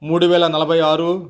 మూడు వేల నలభై ఆరు